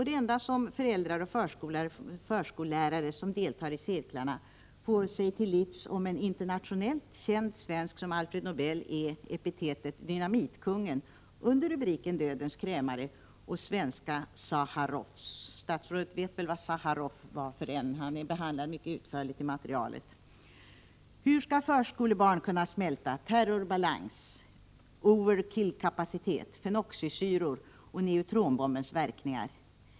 Det enda som föräldrar och förskollärare som deltar i cirklarna får sig till livs om en internationellt känd svensk som Alfred Nobel är epitetet Dynamitkungen under rubriken Dödens krämare och svenska Zaharoffs. Statsrådet vet väl vem Zaharoffs var — han är mycket utförligt behandlad i materialet. Hur skall förskolebarn kunna smälta ord och uttryck som terrorbalans, overkill-kapacitet, fenoxisyror och neutronbombens verkningar?